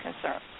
concern